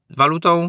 walutą